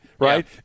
Right